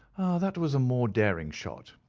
ah, that was a more daring shot,